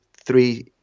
three